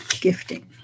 gifting